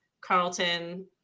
Carlton